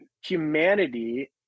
humanity